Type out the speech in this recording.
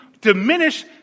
diminish